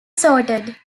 sorted